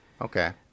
Okay